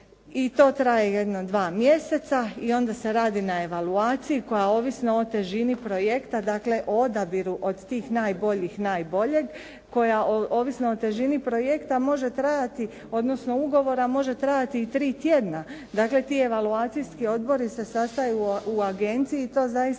I to traje jedno dva mjeseca i onda se radi na evaluaciji koja ovisno o težini projekta dakle o odabiru od tih najboljih najboljeg, koja ovisno o težini projekta može trajati odnosno ugovora može trajati i tri tjedna. Dakle, ti evaluacijski odbori se sastaju u agenciji i to zaista